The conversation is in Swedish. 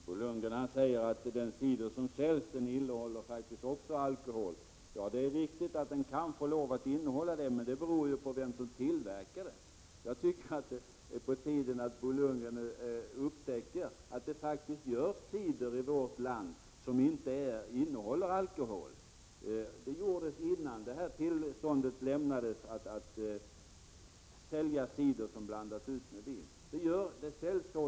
Fru talman! Bo Lundgren säger att den cider som säljs faktiskt också innehåller alkohol. Det är riktigt att cidern kan få innehålla alkohol, men detta beror på vem som tillverkar cidern. Det är på tiden att Bo Lundgren upptäcker att det faktiskt i vårt land görs cider som inte innehåller alkohol. Sedan det här tillståndet lämnats fick man sälja cider som blandats ut med vin.